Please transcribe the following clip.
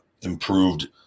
improved